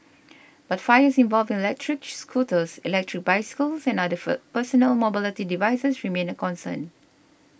but fires involving electric scooters electric bicycles and other personal mobility devices remain a concern